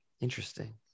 Interesting